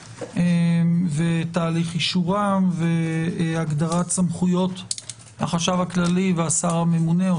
ותהליך אישורם והגדרת סמכויות החשב הכללי והשר הממונה או